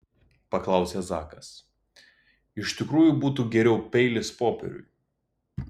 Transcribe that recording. paklausė zakas iš tikrųjų būtų geriau peilis popieriui